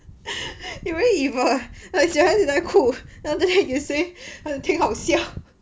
you really evil like 小孩子在哭 then after that you say 挺好笑